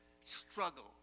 struggle